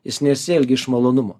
jis nesielgia iš malonumo